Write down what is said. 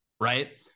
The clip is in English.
right